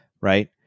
Right